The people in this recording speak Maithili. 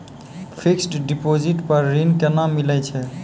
फिक्स्ड डिपोजिट पर ऋण केना मिलै छै?